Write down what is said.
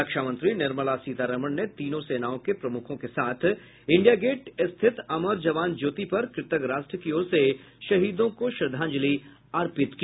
रक्षा मंत्री निर्मला सीतारमण ने तीनों सेनाओं के प्रमुखों के साथ इंडिया गेट स्थित अमर जवान ज्योति पर कृतज्ञ राष्ट्र की ओर से शहीदों को श्रद्धांजलि अर्पित की